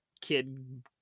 kid